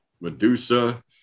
Medusa